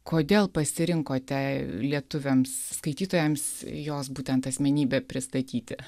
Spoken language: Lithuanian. kodėl pasirinkote lietuviams skaitytojams jos būtent asmenybę pristatyti